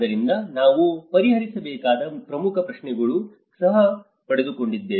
ಆದ್ದರಿಂದ ನಾವು ಪರಿಹರಿಸಬೇಕಾದ ಪ್ರಮುಖ ಪ್ರಶ್ನೆಗಳನ್ನು ಸಹ ಪಡೆದುಕೊಂಡಿದ್ದೇವೆ